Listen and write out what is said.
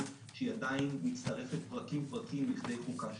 שעדיין מצטרפת פרקים-פרקים לכדי חוקה שלמה.